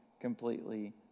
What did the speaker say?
completely